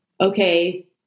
Okay